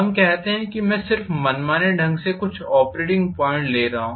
हम कहते हैं कि मैं सिर्फ मनमाने ढंग से कुछ ऑपरेटिंग पॉइंट ले रहा हूं